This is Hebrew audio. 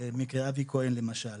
מקרה אבי כהן, למשל,